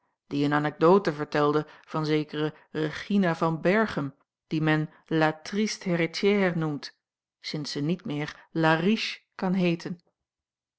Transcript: die eene anecdote vertelde van zekere regina van berchem die men la triste héritière noemt sinds ze niet meer la riche kan heeten